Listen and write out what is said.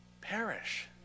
perish